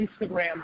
Instagram